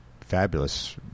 fabulous